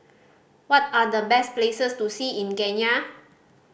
what are the best places to see in Kenya